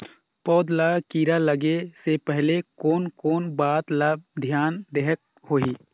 पौध ला कीरा लगे से पहले कोन कोन बात ला धियान देहेक होही?